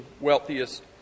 wealthiest